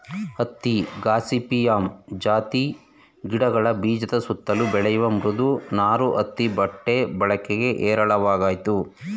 ಹತ್ತಿ ಗಾಸಿಪಿಯಮ್ ಜಾತಿ ಗಿಡಗಳ ಬೀಜದ ಸುತ್ತಲು ಬೆಳೆಯುವ ಮೃದು ನಾರು ಹತ್ತಿ ಬಟ್ಟೆ ಬಳಕೆ ಹೇರಳವಾಗಯ್ತೆ